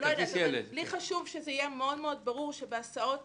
לי חשוב שזה יהיה מאוד-מאוד ברור שגם בהסעות